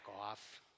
off